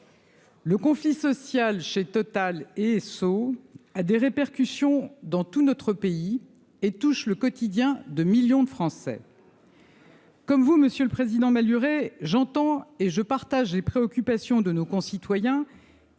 Le conflit social chez Total et Esso, a des répercussions dans tout notre pays, et touche le quotidien de millions de Français. Comme vous, Monsieur le Président Maluret j'entends et je partage les préoccupations de nos concitoyens,